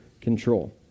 control